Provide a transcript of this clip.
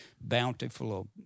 bountiful